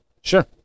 Sure